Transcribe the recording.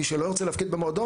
מי שלא ירצה להפקיד במועדון,